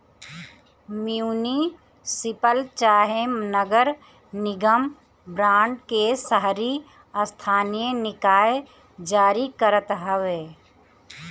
municipal चाहे नगर निगम बांड के शहरी स्थानीय निकाय जारी करत हवे